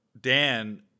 Dan